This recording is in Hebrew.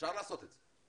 אפשר לעשות את זה.